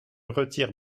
retire